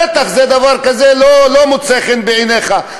בטח, דבר כזה לא מוצא חן בעיניך.